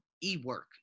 e-work